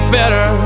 better